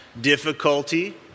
difficulty